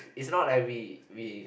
is not like we we